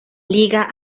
liga